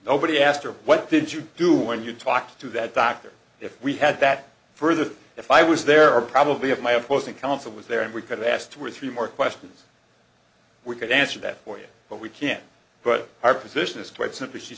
nobody asked her what did you do when you talked to that doctor if we had that further if i was there are probably of my opposing counsel was there and we could've asked two or three more questions we could answer that for you but we can't but our position is quite simply she